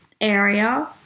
area